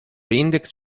index